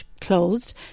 closed